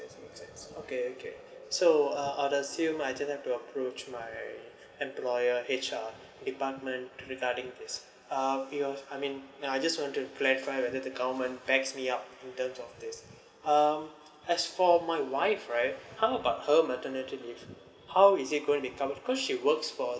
make sense okay okay so uh I assume I just have to approach my employer H_R department regarding this uh be your I mean uh I just want to clarify whether the government backs me up in terms of this um as for my wife right how about her maternity leave how is it gonna be covered cause she works for